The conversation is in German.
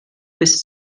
bis